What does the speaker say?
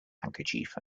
handkerchief